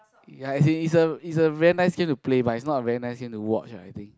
ya as in it's a it's a very nice game to play but it's not a very nice game to watch ah I think